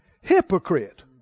hypocrite